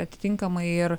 atitinkamai ir